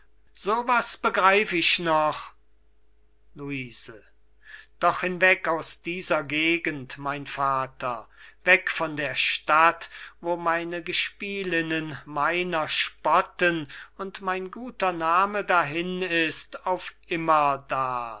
was begreif ich noch luise doch hinweg aus dieser gegend mein vater weg von der stadt wo meine gespielinnen meiner spotten und mein guter name dahin ist auf immerdar weg